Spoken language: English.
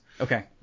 Okay